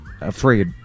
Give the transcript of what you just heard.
afraid